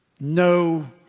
No